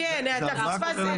כן, אתה פספסת.